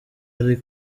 ari